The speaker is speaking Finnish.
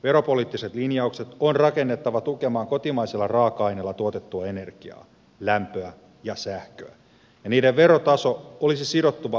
veropoliittiset linjaukset on rakennettava tukemaan kotimaisella raaka aineella tuotettua energiaa lämpöä ja sähköä ja niiden verotaso olisi sidottava vuosikymmeniksi eteenpäin